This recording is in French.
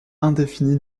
indéfini